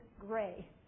gray